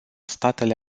statele